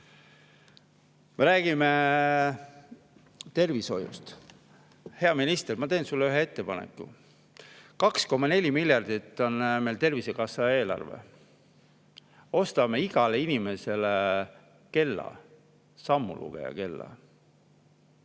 Me räägime tervishoiust. Hea minister, ma teen sulle ühe ettepaneku. 2,4 miljardit on meil Tervisekassa eelarve. Ostame igale inimesele kella, sammulugeja kella,